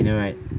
I know right